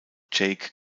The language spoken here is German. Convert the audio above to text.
jake